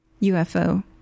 UFO